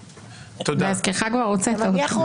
להזכירך כבר הוצאת אותי.